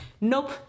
Nope